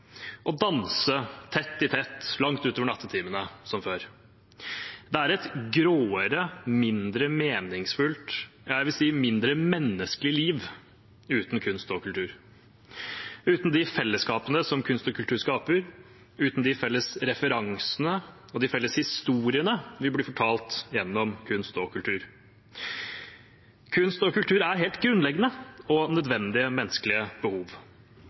å danse, tett i tett, langt utover i de sene nattetimer, som før. Det er et gråere, mindre meningsfullt – og jeg vil si mindre menneskelig – liv uten kunst og kultur, uten de fellesskapene som kunst og kultur skaper, uten de felles referansene og de felles historiene vi blir fortalt gjennom kunst og kultur. Kunst og kultur er helt grunnleggende og nødvendige menneskelige behov.